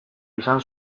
izan